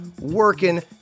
...working